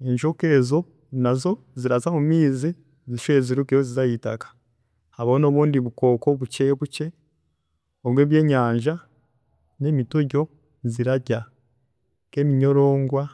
enjoka ezo nazo ziraza mumaizi zishube zirugeyo zize haitaka, habaho nobundi bukooko bukye bukye nkobu ebyenyanja nemitoryo zirarya nkeminyoroongwa